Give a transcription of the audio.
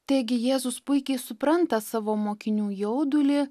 taigi jėzus puikiai supranta savo mokinių jaudulį